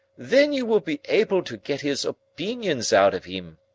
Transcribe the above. then you will be able to get his opeenions out of him.